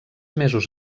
mesos